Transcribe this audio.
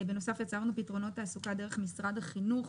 בנוסף יצרנו פתרונות תעסוקה דרך משרד החינוך,